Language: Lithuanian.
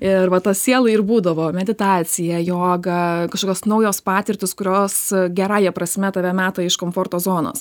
ir va tas sielai ir būdavo meditacija joga kašokios naujos patirtys kurios gerąja prasme tave meta iš komforto zonos